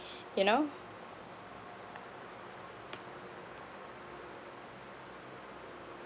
you know